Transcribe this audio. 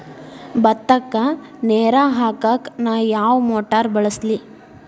ಭತ್ತಕ್ಕ ನೇರ ಹಾಕಾಕ್ ನಾ ಯಾವ್ ಮೋಟರ್ ಬಳಸ್ಲಿ?